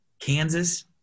Kansas –